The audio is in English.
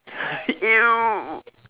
!eww!